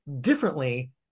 differently